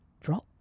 drop